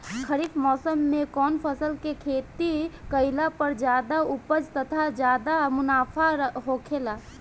खरीफ़ मौसम में कउन फसल के खेती कइला पर ज्यादा उपज तथा ज्यादा मुनाफा होखेला?